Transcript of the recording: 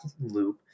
loop